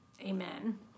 Amen